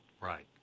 Right